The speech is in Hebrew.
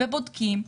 ובודקים,